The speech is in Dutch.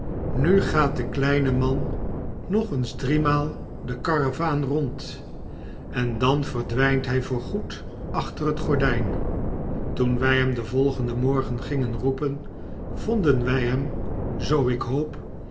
nu gaat de kleine man nog eens driemaal de karavaan rond en dan verdwynt hy voorgoed achter het gordyn toen wy hem den volgenden morgen gingen roepen vonden wy hem zoo ik hoop